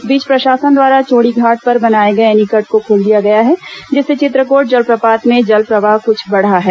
इस बीच प्रशासन द्वारा चोंड़ीघाट पर बनाए गए एनीकट को खोल दिया गया है जिससे चित्रकोट जलप्रपात में जलप्रवाह क्छ बढ़ा है